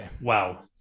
wow